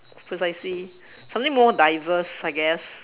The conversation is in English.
precisely something more diverse I guess